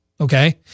Okay